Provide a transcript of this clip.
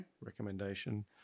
Recommendation